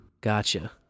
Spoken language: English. Gotcha